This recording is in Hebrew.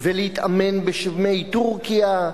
ולהתאמן בשמי טורקיה,